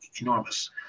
enormous